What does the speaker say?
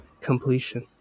completion